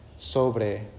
Sobre